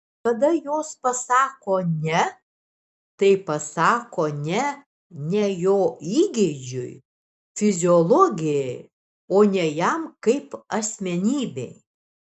kada jos pasako ne tai pasako ne ne jo įgeidžiui fiziologijai o ne jam kaip asmenybei